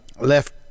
left